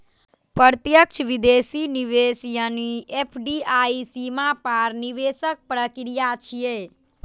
प्रत्यक्ष विदेशी निवेश यानी एफ.डी.आई सीमा पार निवेशक प्रक्रिया छियै